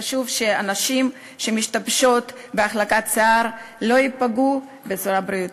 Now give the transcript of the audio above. חשוב שהנשים שעושות החלקת שיער לא יפגעו בבריאותן.